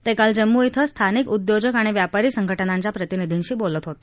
ते काल जम्मू विं स्थानिक उद्योजक आणि व्यापारी संघटनांच्या प्रतिनिधींशी बोलत होते